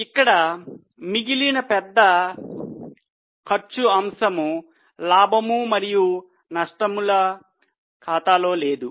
ఇక్కడ మిగిలిన పెద్ద ఖర్చుఅంశం లాభము మరియు నష్టము లో లేదు